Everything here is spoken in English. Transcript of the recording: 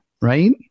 right